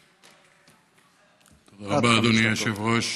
תודה רבה, אדוני היושב-ראש,